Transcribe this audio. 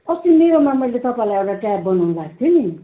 अस्ति नै मेरोमा मैले तपाईँलाई एउटा ट्याप बनाउनु भएको थियो नि